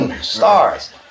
Stars